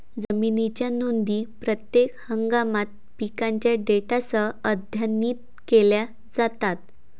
जमिनीच्या नोंदी प्रत्येक हंगामात पिकांच्या डेटासह अद्यतनित केल्या जातात